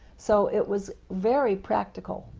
so it was very practical,